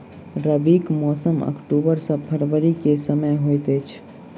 रबीक मौसम अक्टूबर सँ फरबरी क समय होइत अछि